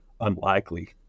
unlikely